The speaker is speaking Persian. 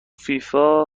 فیفا